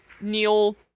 Neil